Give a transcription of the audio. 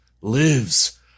Lives